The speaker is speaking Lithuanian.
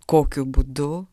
kokiu būdu